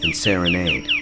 and serenade.